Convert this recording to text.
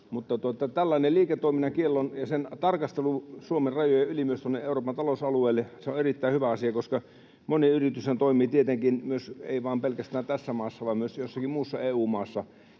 Tällainen liiketoimintakielto ja sen tarkastelu Suomen rajojen yli myös tuonne Euroopan talousalueelle on erittäin hyvä asia, koska moni yrityshän toimii tietenkin ei pelkästään tässä maassa vaan myös jossakin muussa EU-maassa.